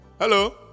Hello